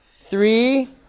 Three